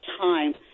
time